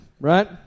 right